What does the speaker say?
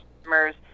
customer's